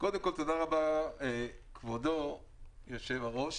קודם כול, תודה רבה, כבודו היושב-ראש.